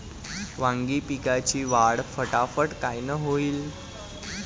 वांगी पिकाची वाढ फटाफट कायनं होईल?